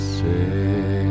say